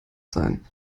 sein